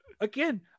again